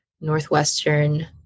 Northwestern